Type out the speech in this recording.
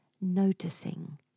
noticing